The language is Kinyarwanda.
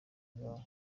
angahe